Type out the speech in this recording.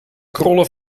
krollen